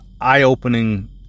eye-opening